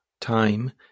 time